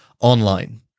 online